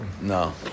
no